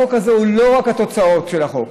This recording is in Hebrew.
החוק הזה הוא לא רק התוצאות של החוק,